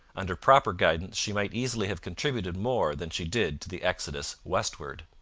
under proper guidance she might easily have contributed more than she did to the exodus westward.